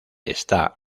está